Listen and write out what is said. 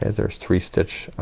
and there's three stitch, ah,